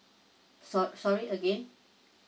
so sorry again